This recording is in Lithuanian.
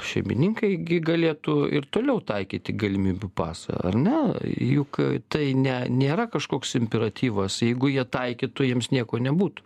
šeimininkai gi galėtų ir toliau taikyti galimybių pasą ar ne juk tai ne nėra kažkoks imperatyvas jeigu jie taikytų jiems nieko nebūtų